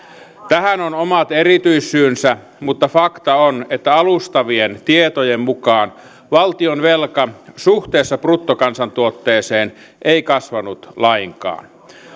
tähän on omat erityissyynsä mutta fakta on että alustavien tietojen mukaan valtionvelka suhteessa bruttokansantuotteeseen ei kasvanut lainkaan